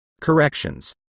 CORRECTIONS